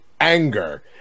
anger